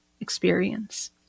experience